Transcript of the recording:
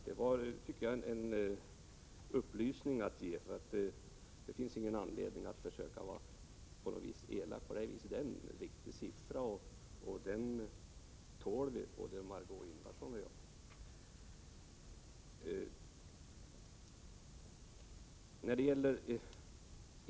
Det var en ren upplysning. Det finns ingen anledning att vara elak i detta sammanhang. Sifferuppgiften är riktig, och den kan både Marg6é Ingvardsson och jag tåla.